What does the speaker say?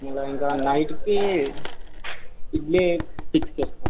ఇలా ఇంకా నైట్కి ఇడ్లీ ఫిక్స్ చేసుకోండి